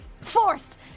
Forced